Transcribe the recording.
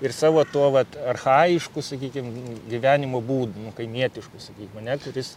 ir savo tuo vat archajišku sakykim gyvenimo būdu nu kaimietišku sakykim ane kuris